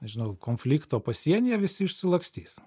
nežinau konflikto pasienyje visi išsilakstys